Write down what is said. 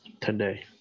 today